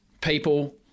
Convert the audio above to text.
people